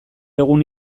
egun